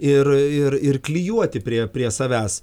ir ir ir klijuoti prie prie savęs